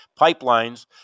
pipelines